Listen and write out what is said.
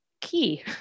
key